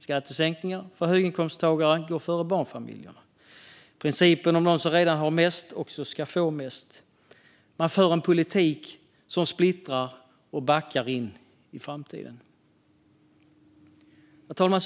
Skattesänkningar för höginkomsttagare går före barnfamiljer, och principen om att den som redan har mest också ska få mest gäller. Man för en politik som splittrar och backar in i framtiden. Herr talman!